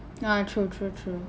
ah true true true